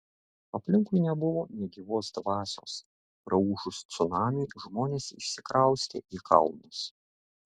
aplinkui nebuvo nė gyvos dvasios praūžus cunamiui žmonės išsikraustė į kalnus